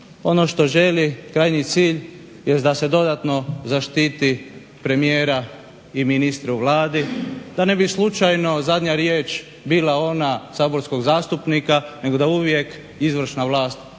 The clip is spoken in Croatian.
ono što želi, krajnji cilj, jest da se dodatno zaštiti premijera i ministre u Vladi da ne bi slučajno zadnja riječ bila ona saborskog zastupnika nego da uvijek izvršna vlast ima